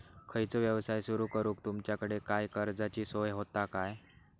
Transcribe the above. खयचो यवसाय सुरू करूक तुमच्याकडे काय कर्जाची सोय होता काय?